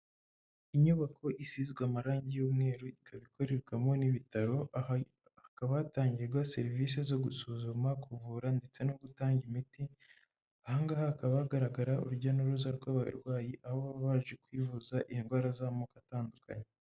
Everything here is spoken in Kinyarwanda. Inyubako isizwe amarangi y'umweru ikaba ikorerwamo n'ibitaro aha hakaba hatangirwa serivisi zo gusuzuma, kuvura ndetse no gutanga imiti, aha ngaha hakaba hagaragara urujya n'uruza rw'abarwayi aho bari baje kwivuza indwara z'amoko atandukanye.